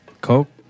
Coke